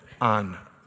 on